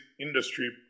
industry